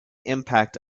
impact